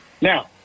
Now